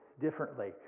differently